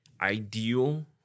ideal